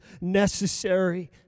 necessary